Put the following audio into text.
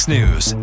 News